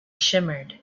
shimmered